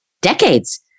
decades